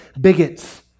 bigots